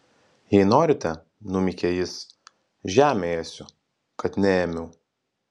jei norite numykė jis žemę ėsiu kad neėmiau